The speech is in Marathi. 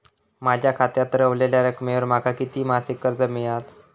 माझ्या खात्यात रव्हलेल्या रकमेवर माका किती मासिक कर्ज मिळात?